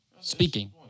speaking